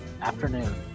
afternoon